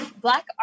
Black